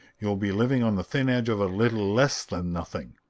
you'll be living on the thin edge of a little less than nothing!